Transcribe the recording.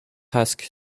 asked